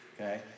okay